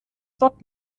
dort